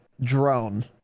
drone